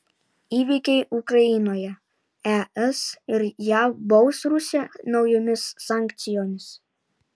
įvykiai ukrainoje es ir jav baus rusiją naujomis sankcijomis